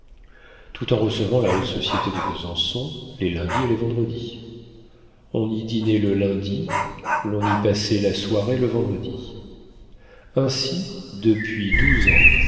tout en recevant la haute société de besançon les lundis et les vendredis on y dînait le lundi l'on y passait la soirée le vendredi ainsi depuis douze ans